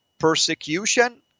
Persecution